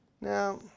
Now